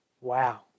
Wow